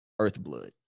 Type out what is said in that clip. earthblood